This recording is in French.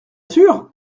sûr